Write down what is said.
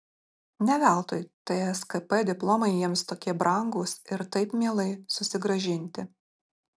ne veltui tskp diplomai jiems tokie brangūs ir taip mielai susigrąžinti